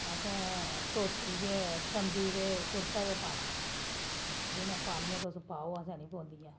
असें ठोती तम्बी कुर्ता गै पाना जि'नें पानियां ते ओह् पाओ असें नि पौंदियां